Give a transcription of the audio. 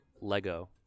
Lego